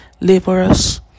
laborers